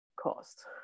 cost